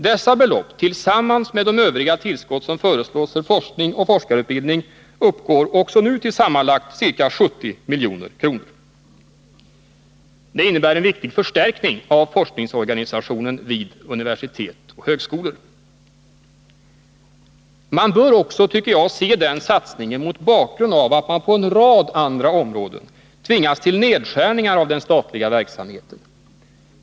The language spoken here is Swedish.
Dessa belopp tillsammans med de övriga tillskott som föreslås för forskning och forskarutbildning uppgår också nu till sammanlagt ca 70 milj.kr. Det innebär en viktig förstärkning av forskningen vid universitet och högskolor. Man bör också, tycker jag, se den satsningen mot bakgrund av att man på en rad andra områden tvingas till nedskärningar av den statliga verksamheten.